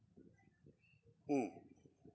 mm